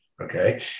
okay